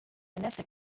minister